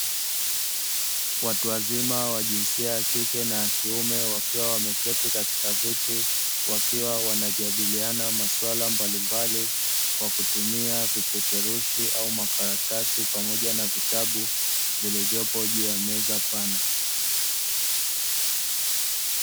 Watu wazima wa jinsia ya kike na ya kiume wakiwa wameketi katika viti, wakiwa wanajadiliana masuala mbalimbali kwa kutumia vipeperushi au makaratasi pamoja na vitabu vilivyopo juu ya meza pana.